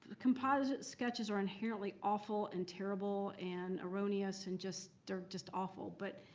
ah composite sketches are inherently awful and terrible and erroneous. and just they're just awful. but